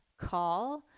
call